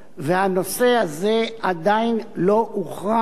הנושא הזה עדיין לא הוכרע,